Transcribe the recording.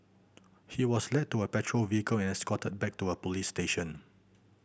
he was led to a patrol vehicle and escorted back to a police station